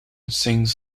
sings